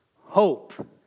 Hope